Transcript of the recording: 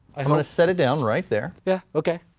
i'm going to set it down right there. yeah, okay.